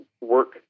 work